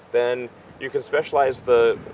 then you can specialize the,